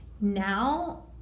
Now